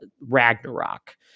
Ragnarok